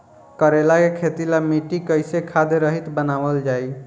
करेला के खेती ला मिट्टी कइसे खाद्य रहित बनावल जाई?